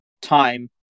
time